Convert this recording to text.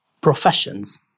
professions